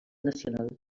nacional